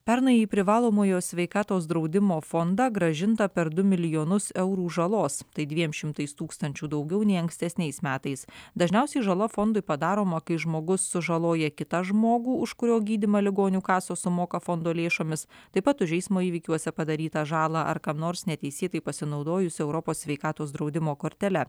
pernai į privalomojo sveikatos draudimo fondą grąžinta per du milijonus eurų žalos tai dviem šimtais tūkstančių daugiau nei ankstesniais metais dažniausiai žala fondui padaroma kai žmogus sužaloja kitą žmogų už kurio gydymą ligonių kasos sumoka fondo lėšomis taip pat už eismo įvykiuose padarytą žalą ar kam nors neteisėtai pasinaudojus europos sveikatos draudimo kortele